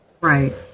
Right